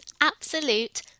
absolute